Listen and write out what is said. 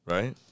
Right